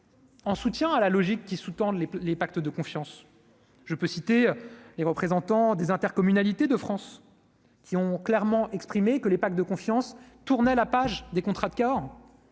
En soutien à la logique qui sous-tendent les les pactes de confiance, je peux citer les représentants des intercommunalités de France qui ont clairement exprimé que le pacte de confiance, tourner la page des contrats de Cahors